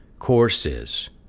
courses